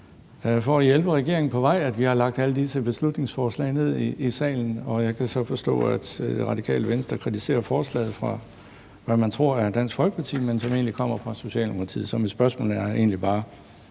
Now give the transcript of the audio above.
for at hjælpe regeringen på vej, at vi har lagt alle disse beslutningsforslag frem i salen, og jeg kan så forstå, at Radikale Vestas kritiserer forslaget fra, hvad man tror er Dansk Folkeparti, men som egentlig kommer fra Socialdemokratiet. Så mit spørgsmål er egentlig bare: